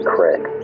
Craig